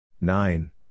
Nine